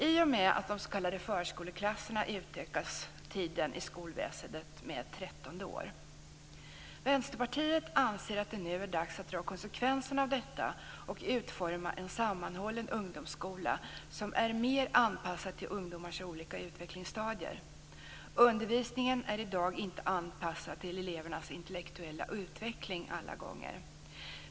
I och med de s.k. förskoleklasserna utökas tiden inom skolväsendet med ett trettonde år. Vi i Vänsterpartiet anser att det nu är dags att ta konsekvenserna av detta och utforma en sammanhållen ungdomsskola som är mer anpassad till ungdomars olika utvecklingsstadier. Undervisningen är i dag inte alla gånger anpassad till elevernas intellektuella utveckling.